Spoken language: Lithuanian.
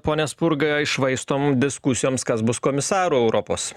pone spurga iššvaistom diskusijoms kas bus komisaru europos